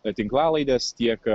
na tinklalaidės tiek